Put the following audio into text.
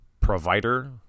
provider